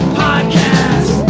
podcast